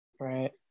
Right